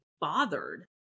bothered